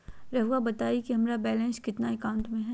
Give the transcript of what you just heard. रहुआ बताएं कि हमारा बैलेंस कितना है अकाउंट में?